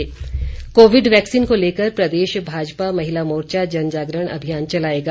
महिला मोर्चा Covid vaccine को लेकर प्रदेश भाजपा महिला मोर्चा जनजागरण अभियान चलाएगा